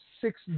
six